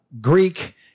Greek